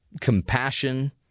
compassion